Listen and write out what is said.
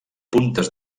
puntes